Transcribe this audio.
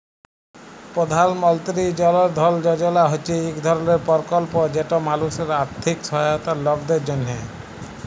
পধাল মলতিরি জল ধল যজলা হছে ইক ধরলের পরকল্প যেট মালুসের আথ্থিক সহায়তার লকদের জ্যনহে